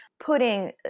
putting